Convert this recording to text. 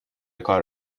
کار